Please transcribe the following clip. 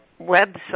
website